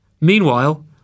Meanwhile